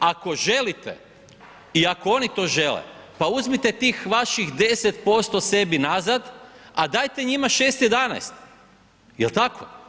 Ako želite i ako oni to žele, pa uzmite tih vaših 10% sebi nazad a dajte njima 6,11, jel' tako?